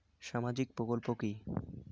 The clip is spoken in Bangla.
সামাজিক প্রকল্প কি?